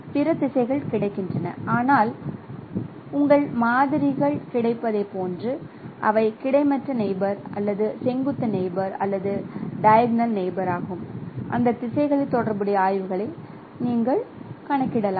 எனவே பிற திசைகளும் கிடைக்கின்றன ஆனால் உங்கள் மாதிரிகள் கிடைப்பதைப் பொறுத்து அவை கிடைமட்ட நெயிபோர் அல்லது செங்குத்து நெயிபோர் அல்லது டைகோனல் நெயிபோர் அந்த திசைகளில் தொடர்புடைய சாய்வுகளை நீங்கள் கணக்கிடலாம்